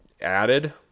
added